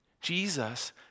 Jesus